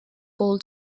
pull